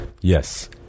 Yes